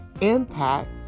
impact